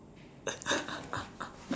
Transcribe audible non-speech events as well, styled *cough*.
*laughs*